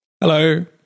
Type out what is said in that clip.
hello